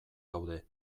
gaude